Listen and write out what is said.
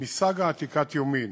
מסאגה עתיקת יומין: